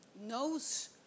knows